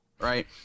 right